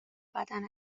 بدن